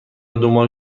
دنبال